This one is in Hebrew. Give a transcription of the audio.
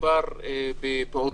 מדובר בפעוטות,